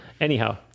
anyhow